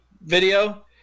video